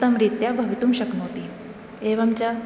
उत्तमरीत्या भवितुं शक्नोति एवञ्च